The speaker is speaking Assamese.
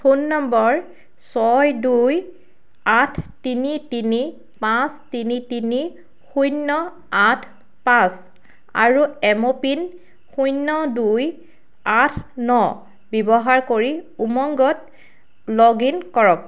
ফোন নম্বৰ ছয় দুই আঠ তিনি তিনি পাঁচ তিনি তিনি শূন্য আঠ পাঁচ আৰু এম' পিন শূন্য দুই আঠ ন ব্যৱহাৰ কৰি উমংগত লগ ইন কৰক